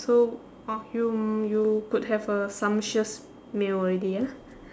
so !wow! you you could have a sumptuous meal already ah